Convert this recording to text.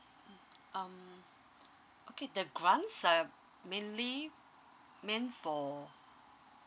mm um okay the grants are mainly meant for